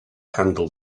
handle